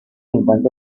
infancia